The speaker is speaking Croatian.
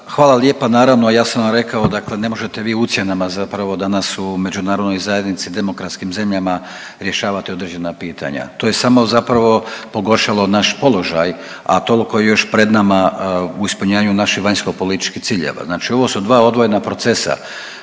Hvala lijepa. Naravno, ja sam vam rekao dakle ne možete vi ucjenama zapravo danas u međunarodnoj zajednici i demokratskim zemljama rješavati određena pitanja. To je samo zapravo pogoršalo naš položaj, a tolko je još pred nama, u ispunjenju naših vanjskopolitičkih ciljeva, znači ovo su dva odvojena procesa,